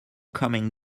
coming